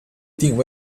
定位